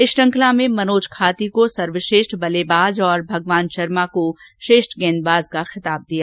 इस श्रृंखला में मनोज खाती को सर्वश्रेष्ठ बल्लेबाज और भगवान शर्मा श्रेष्ठ गेंदबाज का खिताब मिला